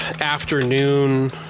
afternoon